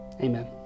amen